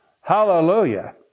Hallelujah